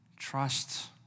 Trust